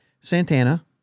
Santana